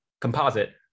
composite